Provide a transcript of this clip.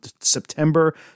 September